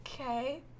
Okay